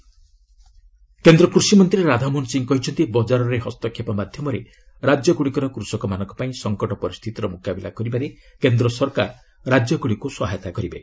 Lok Sabha agri distress କେନ୍ଦ୍ର କୃଷିମନ୍ତ୍ରୀ ରାଧାମୋହନ ସିଂହ କହିଛନ୍ତି ବଜାରରେ ହସ୍ତକ୍ଷେପ ମାଧ୍ୟମରେ ରାଜ୍ୟଗୁଡ଼ିକର କୃଷକମାନଙ୍କ ପାଇଁ ସଙ୍କଟ ପରିସ୍ଥିତିର ମୁକାବିଲା କରିବାରେ କେନ୍ଦ୍ର ସରକାର ରାଜ୍ୟଗୁଡ଼ିକୁ ସହାୟତା କରିବେ